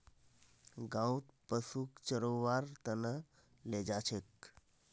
गाँउत पशुक चरव्वार त न ले जा छेक